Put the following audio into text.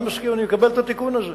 אני מקבל את התיקון הזה,